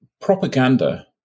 propaganda